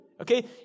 okay